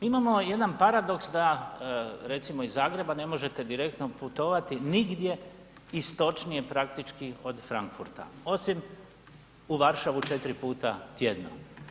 Imamo jedan paradoks da recimo iz Zagreba ne možete direktno putovati nigdje istočnije praktički od Frankfurta osim u Varšavu 4 puta tjedno.